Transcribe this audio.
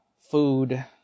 food